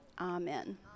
Amen